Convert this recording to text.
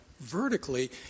vertically